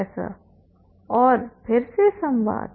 professor और फिर से संवाद